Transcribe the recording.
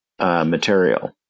Material